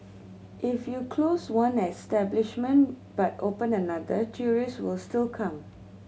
if you close one establishment but open another tourists will still come